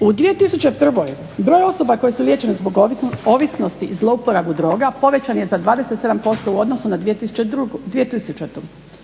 U 2001. broj osoba koje su liječene zbog ovisnosti zlouporabu droga povećan je za 27% u odnosu na 2002.,